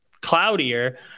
cloudier